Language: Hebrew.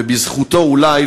ובזכותו אולי,